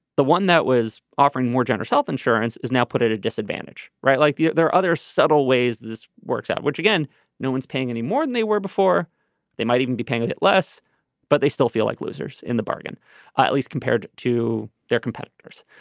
the one that was offering more generous health insurance is now put at a disadvantage. right like there are other subtle ways this works out which again no one's paying any more than they were before they might even be paying less but they still feel like losers in the bargain at least compared to their competitors.